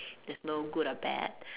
that's no good or bad